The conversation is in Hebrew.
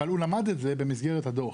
אבל הוא למד את זה במסגרת הדו"ח,